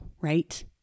right